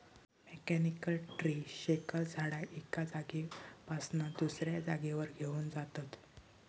mechanical tree shaker झाडाक एका जागेपासना दुसऱ्या जागेवर घेऊन जातत